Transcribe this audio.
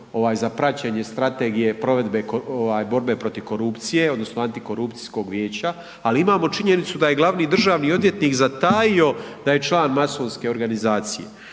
za praćenje strategije borbi protiv korupcije odnosno Antikorupcijskog vijeća, ali imamo činjenicu da je glavni državni odvjetnik zatajio da je član masonske organizacije.